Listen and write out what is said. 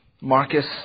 Marcus